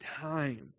time